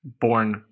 born